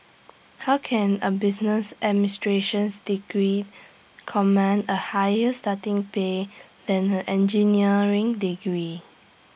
how can A business administrations degree command A higher starting pay than an engineering degree